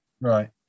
Right